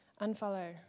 Unfollow